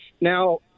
Now